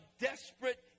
desperate